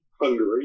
Hungary